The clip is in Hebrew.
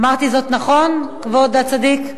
אמרתי זאת נכון, כבוד הצדיק?